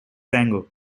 angle